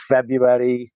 February